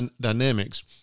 dynamics